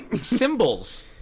Symbols